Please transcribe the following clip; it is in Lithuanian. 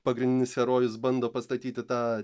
pagrindinis herojus bando pastatyti tą